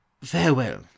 Farewell